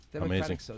Amazing